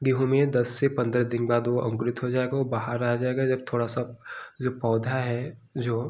गेहूँ में दस से पंद्रह दिन बाद वह अंकुरित हो जाएगा वह बाहर आ जाएगा जब थोड़ा सा जो पौधा है जो